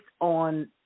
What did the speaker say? on